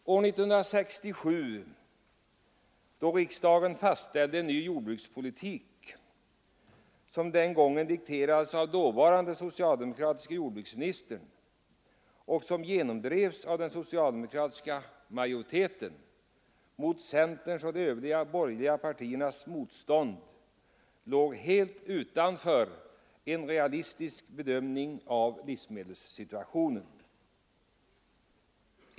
1967 års jordbrukspolitiska beslut, som dikterades av den dåvarande socialdemokratiske jordbruksministern och genomdrevs av den socialdemokratiska majoriteten mot centerns och de övriga borgerliga partiernas motstånd, låg helt utanför en realistisk bedömning av livsmedelssituationen.